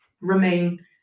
remain